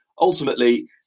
ultimately